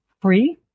free